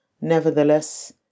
Nevertheless